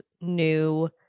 new